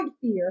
fear